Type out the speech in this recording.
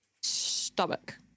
stomach